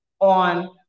on